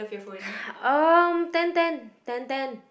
um ten ten ten ten